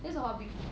that's a hobby